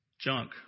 junk